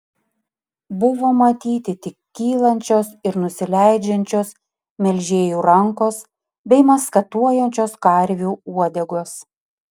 buvo matyti tik kylančios ir nusileidžiančios melžėjų rankos bei maskatuojančios karvių uodegos